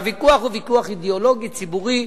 והוויכוח הוא ויכוח אידיאולוגי, ציבורי.